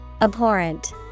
Abhorrent